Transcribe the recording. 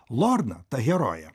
lorna ta herojė